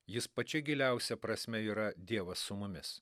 jis pačia giliausia prasme yra dievas su mumis